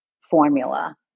formula